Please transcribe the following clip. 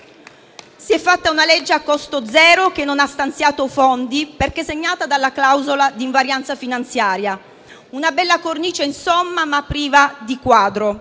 Si è fatta una legge a costo zero, che non ha stanziato fondi, perché segnata dalla clausola di invarianza finanziaria. Una bella cornice, insomma, ma priva di quadro.